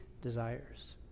desires